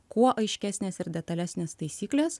kuo aiškesnės ir detalesnės taisyklės